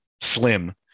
slim